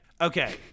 okay